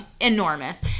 enormous